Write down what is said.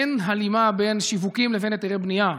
אין הלימה בין שיווקים לבין היתרי בנייה.